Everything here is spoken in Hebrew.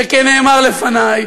שכן נאמר לפני,